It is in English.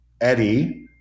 Eddie